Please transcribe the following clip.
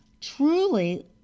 truly